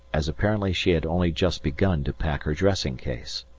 as apparently she had only just begun to pack her dressing-case.